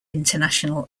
international